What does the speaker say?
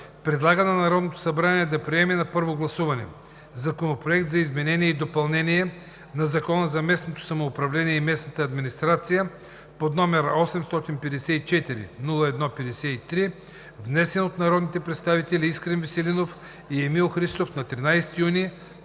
предлага на Народното събрание да приеме на първо гласуване Законопроект за изменение и допълнение на Закона за местното самоуправление и местната администрация, № 854-01-53, внесен от народните представители Искрен Веселинов и Емил Христов на 13 юни